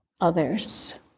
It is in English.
others